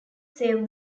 save